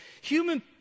human